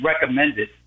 recommended